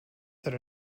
that